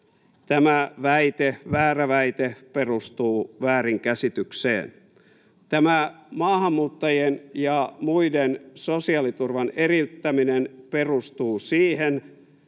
Tämä väärä väite perustuu väärinkäsitykseen. Maahanmuuttajien ja muiden sosiaaliturvan eriyttäminen perustuu siihen,